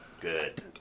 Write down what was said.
good